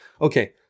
Okay